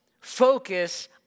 focus